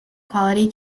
quality